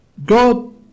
God